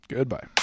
Goodbye